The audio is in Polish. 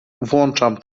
włączam